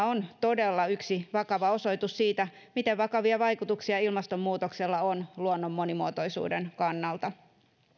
on todella yksi vakava osoitus siitä miten vakavia vaikutuksia ilmastonmuutoksella on luonnon monimuotoisuuden kannalta